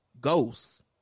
ghosts